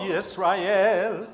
Yisrael